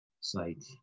site